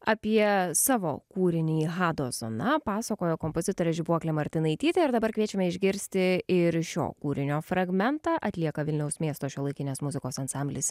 apie savo kūrinį hado zona pasakojo kompozitorė žibuoklė martinaitytė ir dabar kviečiame išgirsti ir šio kūrinio fragmentą atlieka vilniaus miesto šiuolaikinės muzikos ansamblis